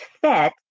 fit